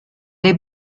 des